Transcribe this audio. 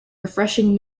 refreshing